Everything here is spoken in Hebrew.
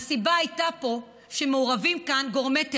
הסיבה פה הייתה שמעורבים כאן גורמי טרור.